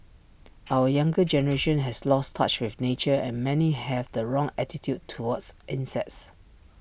our younger generation has lost touch with nature and many have the wrong attitude towards insects